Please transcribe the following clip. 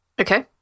Okay